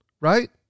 Right